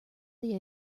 they